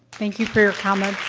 thank you for your comments.